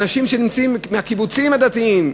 אנשים מהקיבוצים הדתיים,